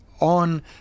on